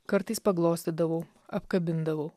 kartais paglostydavau apkabindavau